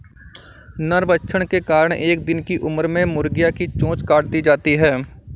नरभक्षण के कारण एक दिन की उम्र में मुर्गियां की चोंच काट दी जाती हैं